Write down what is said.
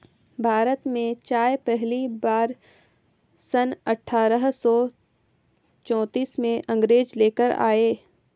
भारत में चाय पहली बार सन अठारह सौ चौतीस में अंग्रेज लेकर आए